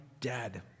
dead